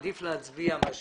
עדיף להצביע.